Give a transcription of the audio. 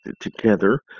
together